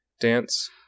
dance